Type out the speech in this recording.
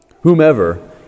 whomever